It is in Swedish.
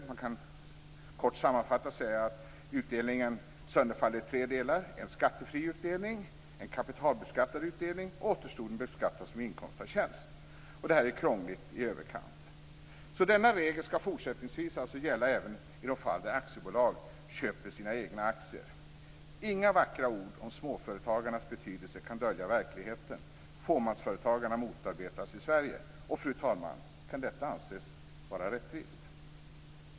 Man kan kort sammanfattat säga att utdelningen sönderfaller i tre delar, nämligen en skattefri utdelning, en kapitalbeskattad utdelning och återstoden beskattas som inkomst av tjänst. Det är krångligt i överkant. Så denna regel ska fortsättningsvis gälla även i de fall när aktiebolag köper sina egna aktier. Inga vackra ord om småföretagarnas betydelse kan dölja verkligheten, fåmansföretagarna motarbetas i Sverige. Och, fru talman, kan detta anses vara rättvist?